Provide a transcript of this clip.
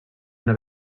una